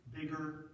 bigger